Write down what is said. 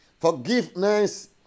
Forgiveness